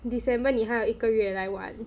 December 你还有一个月来玩